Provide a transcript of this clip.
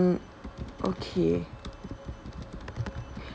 okay